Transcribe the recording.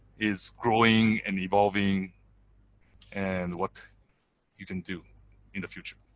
is growing and evolving and what you can do in the future.